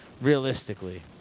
realistically